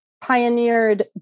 pioneered